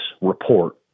report